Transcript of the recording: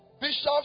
bishops